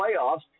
playoffs